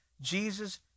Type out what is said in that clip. Jesus